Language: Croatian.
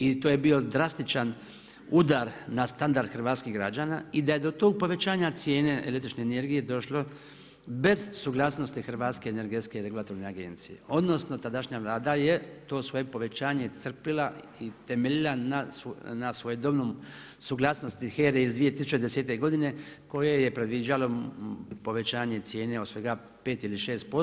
I to je bio drastičan udar na standard hrvatskih građana i da je do tog povećanja cijene električne energije došlo bez suglasnosti Hrvatske energetske regulatorne agencije, odnosno tadašnja Vlada je to svoje povećanje crpila i temeljila na svojedobnoj suglasnosti HER-e iz 2010. godine koje je predviđalo povećanje cijene od svega 5 ili 6%